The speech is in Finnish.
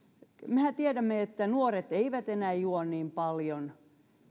mehän tiedämme että nuoret eivät enää juo niin paljon